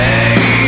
Hey